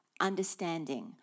understanding